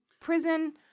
Prison